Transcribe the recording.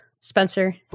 Spencer